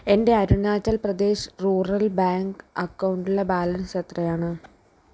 എൻ്റെ Arunachal Pradesh rural bank അക്കൗണ്ടിലെ balance എത്രയാണ്